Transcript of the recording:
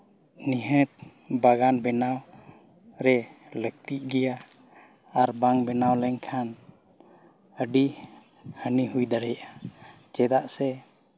ᱱᱤᱦᱟᱹᱛ ᱵᱟᱜᱟᱱ ᱵᱮᱱᱟᱣ ᱨᱮ ᱞᱟᱹᱠᱛᱤᱜ ᱜᱮᱭᱟ ᱟᱨ ᱵᱟᱝ ᱵᱮᱱᱟᱣ ᱞᱮᱱᱠᱷᱟᱱ ᱟᱹᱰᱤ ᱦᱟᱹᱱᱤ ᱦᱩᱭᱫᱟᱲᱮᱭᱟᱜᱼᱟ ᱪᱮᱫᱟᱜ ᱥᱮ